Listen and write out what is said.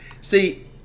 See